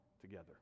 together